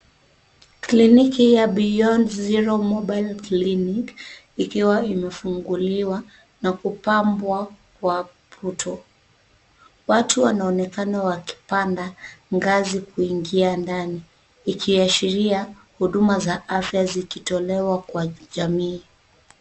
Kliniki ya Beyond Zero Mobile Clinic ikiwa imefunguliwa na kupambwa kwa puto, watu wanaonekana wakipanda ngazi kuingia ndani ikiashiria huduma za afya zikitolewa kwa jamii.